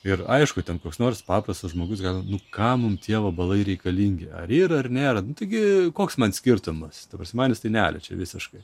ir aišku ten koks nors paprastas žmogus galvoja kam mum tie vabalai reikalingi ar yra ar nėra nu taigi koks man skirtumas ta prasme nes manęs tai neliečia visiškai